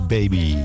Baby